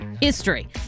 history